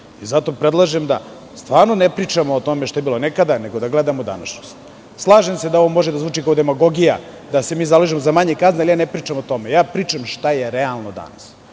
Zato predlažem da stvarno ne pričamo o tome šta je bilo nekada, nego da gledamo današnjost. Slažem se da ovo može da zvuči kao demagogija, da se mi zalažemo za manje kazne, ali ne pričam o tome. Pričam šta je realno danas.